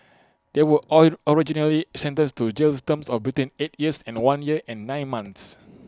they were all originally sentenced to jail terms of between eight years and one year and nine months